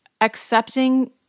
accepting